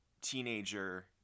teenager